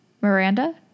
Miranda